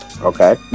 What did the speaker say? Okay